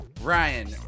Ryan